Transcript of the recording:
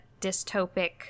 dystopic